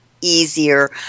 easier